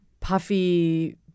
puffy –